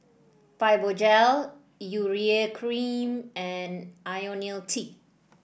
Fibogel Urea Cream and IoniL T